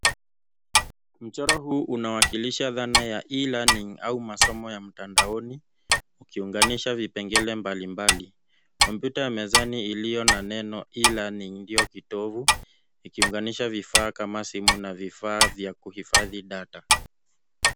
Mchoro huu unawakilisha dhana ya E-learning au masomo ya mtandaono ukiunganisha vipengele mbali mbali. kompyuta ya mezani iliyo na neno E-learning ndio kitovu ikiunganisha vifaa kama simu na vifaa vya kuhifadhi data.